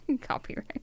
Copyright